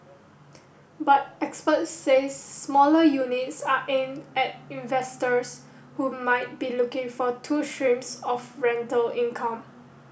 but experts say smaller units are aimed at investors who might be looking for two streams of rental income